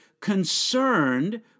concerned